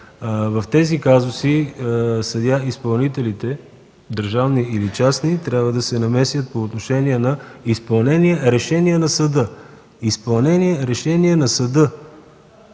в тези казуси съдия-изпълнителите – държавни или частни, трябва да се намесят по отношение на изпълнение решение на съда, включително и